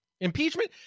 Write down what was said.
Impeachment